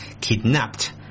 kidnapped